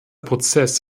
prozess